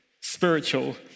spiritual